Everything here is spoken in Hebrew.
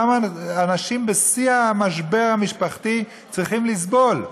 למה אנשים בשיא המשבר המשפחתי צריכים לסבול?